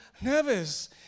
nervous